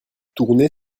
tourner